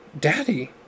Daddy